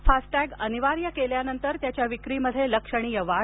FASTag अनिवार्य केल्यानंतर त्याच्या विक्रीमध्ये लक्षणीय वाढ